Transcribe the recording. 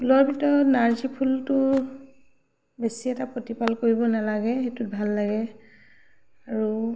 ফুলৰ ভিতৰত নাৰ্জি ফুলটো বেছি এটা প্ৰতিপাল কৰিব নালাগে সেইটোত ভাল লাগে আৰু